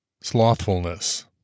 Slothfulness